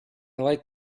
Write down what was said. like